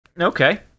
Okay